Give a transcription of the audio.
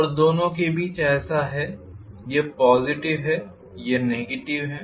और दोनों के बीच ऐसा है यह पॉज़िटिव है यह नेगेटिव है